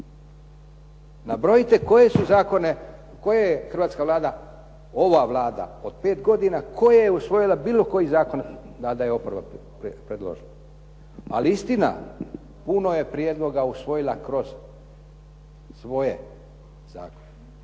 Nabrojite koje su zakone, koje je hrvatska Vlada, ova Vlada od pet godina koje je usvojila, bilo koji zakon Vlada i oporba predložila. Ali istina, puno je prijedloga usvojila kroz svoje zakone.